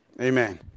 Amen